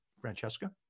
Francesca